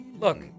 look